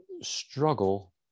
struggle